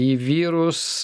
į vyrus